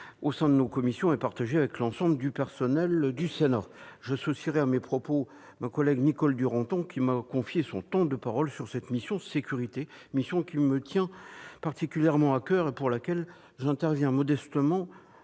au sein de notre institution, ainsi que celui du personnel du Sénat. J'associe à mes propos ma collègue Nicole Duranton, qui m'a confié son temps de parole sur cette mission « Sécurités » qui me tient particulièrement à coeur et sur laquelle j'interviens modestement